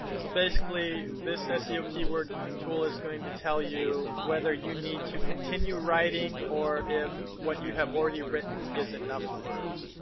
so basically this ah seo keyword tool is going to tell you whether you need to continue writing or if what you have already written is enough words.